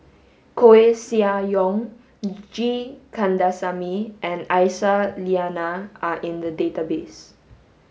Koeh Sia Yong G Kandasamy and Aisyah Lyana are in the database